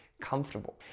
comfortable